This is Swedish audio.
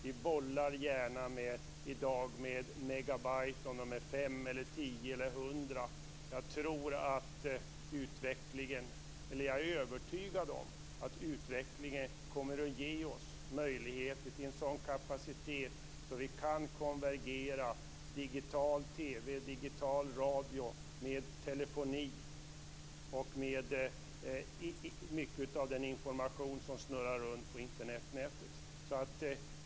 Vi bollar i dag gärna med megabyte - om det är 5 eller 10 eller 100. Jag är övertygad om att utvecklingen kommer att ge oss möjligheter till en sådan kapacitet att vi kan konvergera digital TV och digital radio med telefoni och mycket av den information som snurrar runt på Internet.